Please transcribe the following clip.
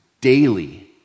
daily